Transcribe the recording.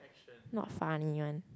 not funny one